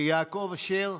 יעקב אשר,